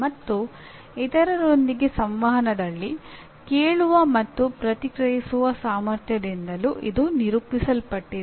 ಮತ್ತು ಇತರರೊಂದಿಗೆ ಸಂವಹನದಲ್ಲಿ ಕೇಳುವ ಮತ್ತು ಪ್ರತಿಕ್ರಿಯಿಸುವ ಸಾಮರ್ಥ್ಯದಿಂದಲೂ ಇದು ನಿರೂಪಿಸಲ್ಪಟ್ಟಿದೆ